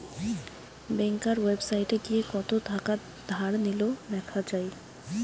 ব্যাংকার ওয়েবসাইটে গিয়ে কত থাকা ধার নিলো দেখা যায়